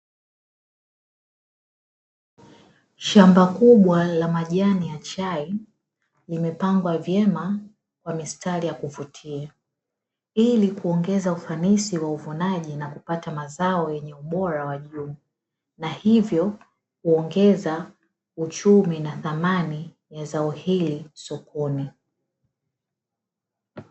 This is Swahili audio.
Shamba kubwa la majani ya chai limepangwa vyema kwa mistari ya kuvutia, ili kuongeza ufanisi wa uvunaji na kupata mazao yenye ubora wa juu, na hivyo kuongeza uchumi na thamani ya zao hili sokoni.